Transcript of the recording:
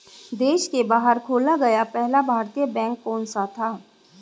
देश के बाहर खोला गया पहला भारतीय बैंक कौन सा था?